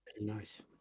Nice